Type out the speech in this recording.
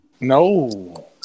No